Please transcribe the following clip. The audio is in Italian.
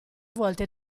volte